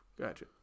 Gotcha